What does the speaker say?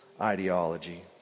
ideology